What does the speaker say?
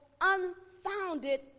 unfounded